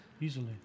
Easily